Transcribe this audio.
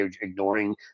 ignoring